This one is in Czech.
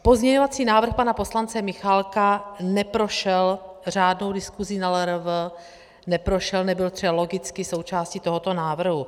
Pozměňovací návrh pana poslance Michálka neprošel řádnou diskusí na LRV, neprošel, nebyl logicky součástí tohoto návrhu.